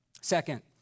second